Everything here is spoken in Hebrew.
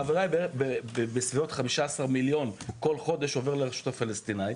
ההעברה עומדת על בערך 15 מיליון כל חודש לרשות הפלסטינית,